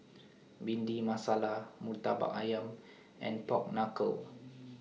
Bhindi Masala Murtabak Ayam and Pork Knuckle